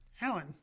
Alan